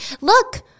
look